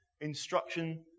instruction